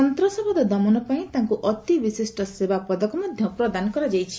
ସନ୍ତାସବାଦ ଦମନ ପାଇଁ ତାଙ୍କୁ ଅତି ବିଶିଷ୍ଟ ସେବା ପଦକ ମଧ୍ୟ ପ୍ରଦାନ କରାଯାଇଛି